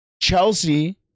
Chelsea